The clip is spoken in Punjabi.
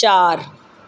ਚਾਰ